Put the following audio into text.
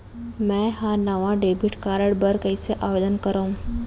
मै हा नवा डेबिट कार्ड बर कईसे आवेदन करव?